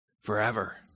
forever